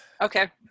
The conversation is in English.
Okay